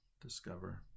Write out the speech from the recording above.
discover